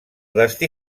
destí